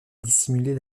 dissimuler